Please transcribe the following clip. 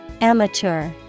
Amateur